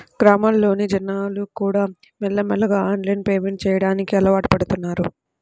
గ్రామాల్లోని జనాలుకూడా మెల్లమెల్లగా ఆన్లైన్ పేమెంట్ చెయ్యడానికి అలవాటుపడుతన్నారు